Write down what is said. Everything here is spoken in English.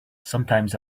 sometimes